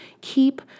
Keep